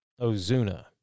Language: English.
Ozuna